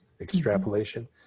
Extrapolation